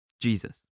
Jesus